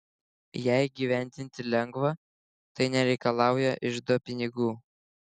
ją įgyvendinti lengva tai nereikalauja iždo pinigų